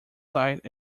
sight